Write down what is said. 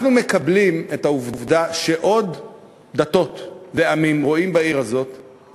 אנחנו מקבלים את העובדה שעוד דתות ועמים רואים בעיר הזאת,